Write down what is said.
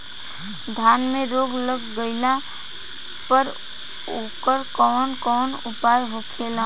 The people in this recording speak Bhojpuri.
धान में रोग लग गईला पर उकर कवन कवन उपाय होखेला?